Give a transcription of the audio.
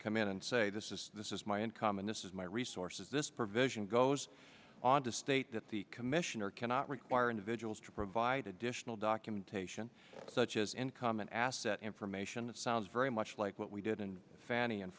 come in and say this is this is my income and this is my resources this provision goes on to state that the commissioner cannot require individuals to provide additional documentation such in common asset information it sounds very much like what we did in fa